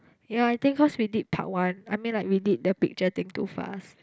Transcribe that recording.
ya I think cause we did part one I mean like we did the picture thing too fast